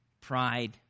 pride